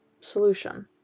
solution